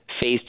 phase